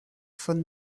von